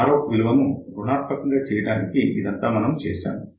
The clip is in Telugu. Rout విలువను రుణాత్మకం చేయడానికి ఇదంతా మనం చేశాము